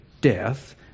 death